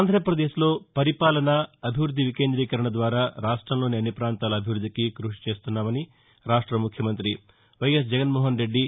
ఆంధ్రాప్రదేశ్లో పరిపాలన అభివృద్ది వికేంద్రీకరణ ద్వారా రాష్టంలోని అన్ని ప్రాంతాల అభివృద్దికి కృషి చేస్తున్నామని రాష్ట ముఖ్యమంతి వైఎస్ జగన్మోహన్ రెద్ది